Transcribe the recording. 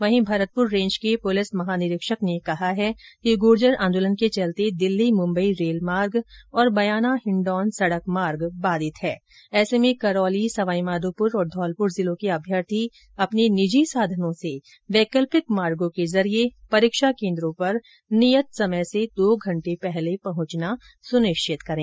वहीं भरतपुर रेंज के पुलिस महानिरीक्षक ने कहा है कि गुर्जर आंदोलन के चलते दिल्ली मुंबई रेलमार्ग और बयाना हिण्डौन सड़क मार्ग बाधित है ऐसे में करौली सवाई माधोपुर और धौलपुर जिलों के अभ्यर्थी अपने निजी साधनों से वैकल्पिक मार्गो के जरिये परीक्षा केन्द्रों पर नियत समय से दो घंटे पहले पहुंचना सुनिश्चित करें